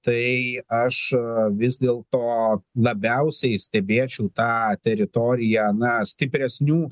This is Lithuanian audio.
tai aš vis dėlto labiausiai stebėčiau tą teritoriją na stipresnių